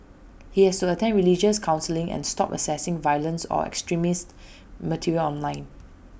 he has to attend religious counselling and stop accessing violent or extremist material online